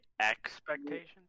expectations